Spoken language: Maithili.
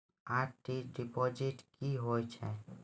आर.डी डिपॉजिट की होय छै?